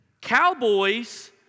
Cowboys